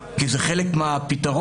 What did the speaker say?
כי זה חלק מהפתרון